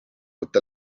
uut